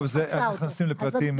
טוב, זה נכנסים לפרטים צדדיים.